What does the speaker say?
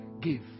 give